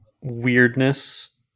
weirdness